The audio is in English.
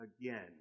again